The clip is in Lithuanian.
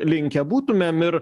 linkę būtumėm ir